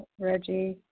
Reggie